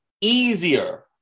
easier